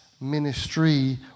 ministry